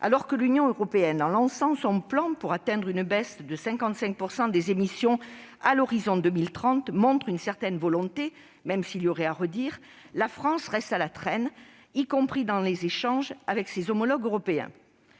Alors que l'Union européenne, en lançant son plan pour atteindre une baisse de 55 % des émissions à l'horizon 2030, montre une certaine volonté, même s'il y aurait à y redire, la France reste à la traîne, y compris dans les échanges avec ses homologues européens.